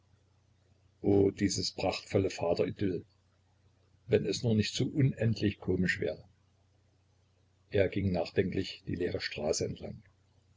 oh dieses prachtvolle vateridyll wenn es nur nicht so unendlich komisch wäre er ging nachdenklich die leere straße entlang